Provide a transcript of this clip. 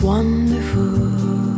wonderful